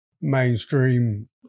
mainstream